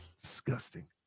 disgusting